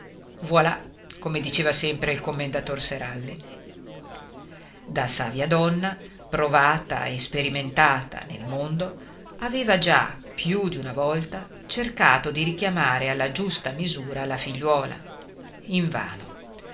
voilà come diceva sempre il commendator seralli da savia donna provata e sperimentata nel mondo aveva già più d'una volta cercato di richiamare alla giusta misura la figliuola invano